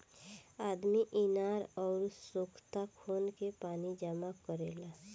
आदमी इनार अउर सोख्ता खोन के पानी जमा करेला